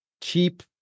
cheap